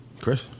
Chris